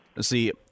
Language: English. see